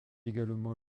également